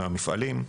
מהמפעלים,